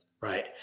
Right